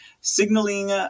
signaling